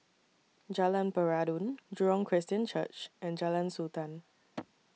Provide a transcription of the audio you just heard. Jalan Peradun Jurong Christian Church and Jalan Sultan